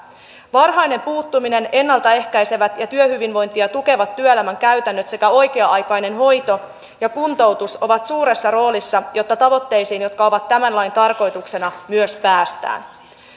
varhainen puuttuminen ennalta ehkäisevät ja työhyvinvointia tukevat työelämän käytännöt sekä oikea aikainen hoito ja kuntoutus ovat suuressa roolissa jotta tavoitteisiin jotka ovat tämän lain tarkoituksena myös päästään myös